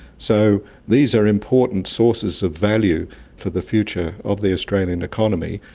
so these are important sources of value for the future of the australian economy.